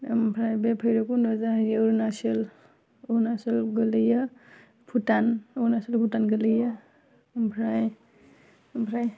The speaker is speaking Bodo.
आमफ्राय बे बैरब खन्धाआ जाहैयो अरुणाचल अरुणाचल गोलैयो भुटान अरुणाचल भुटान गोलैयो आमफ्राय आमफ्राय